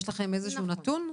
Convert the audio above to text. יש לכם איזה שהוא נתון?